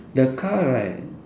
the car right